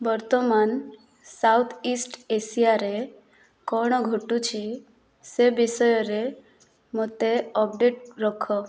ବର୍ତ୍ତମାନ south east ଏସିଆରେ କ'ଣ ଘଟୁଛି ସେ ବିଷୟରେ ମୋତେ ଅପଡ଼େଟ୍ ରଖ